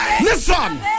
Listen